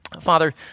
Father